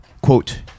quote